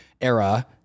era